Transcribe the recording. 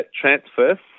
transfer